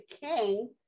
king